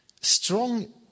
strong